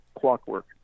clockwork